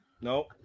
No